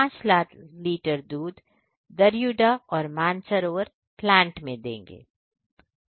500000 litre दूध Daryuda और Mansarovar plant में प्रदर्शन करेंगे